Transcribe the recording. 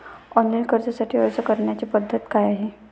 Online कर्जासाठी अर्ज करण्याची पद्धत काय आहे?